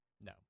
No